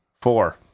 Four